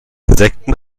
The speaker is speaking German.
insekten